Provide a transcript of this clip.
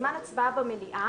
בזמן הצבעה במליאה